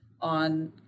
on